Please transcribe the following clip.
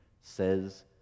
says